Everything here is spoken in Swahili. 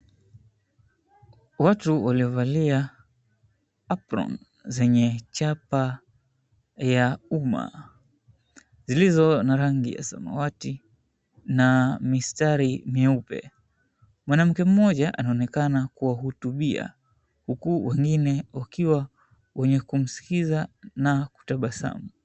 Watu waliovalia apron zenye chapa ya umma zilizo na rangi ya samawati na mistari meupe. Mwanamke mmoja anaonekana kuwahutubia huku wengine wakiwa wenye kumsikiza na kutabasamu.